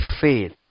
faith